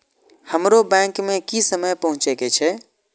हमरो बैंक में की समय पहुँचे के छै?